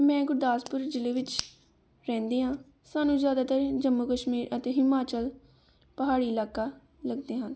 ਮੈਂ ਗੁਰਦਾਸਪੁਰ ਜ਼ਿਲ੍ਹੇ ਵਿੱਚ ਰਹਿੰਦੀ ਹਾਂ ਸਾਨੂੰ ਜ਼ਿਆਦਾਤਰ ਜੰਮੂ ਕਸ਼ਮੀਰ ਅਤੇ ਹਿਮਾਚਲ ਪਹਾੜੀ ਇਲਾਕਾ ਲੱਗਦੇ ਹਨ